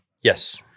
Yes